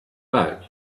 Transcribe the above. back